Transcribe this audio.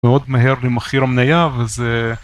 מאוד מהר למחיר המנייה וזה...